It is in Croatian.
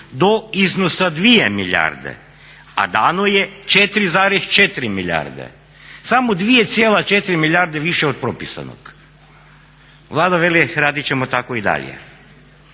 do iznosa 2 milijarde, a dano je 4,4 milijarde. Samo 2,4 milijarde više od propisanog. Vlada veli radit ćemo tako i dalje.